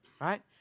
right